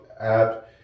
app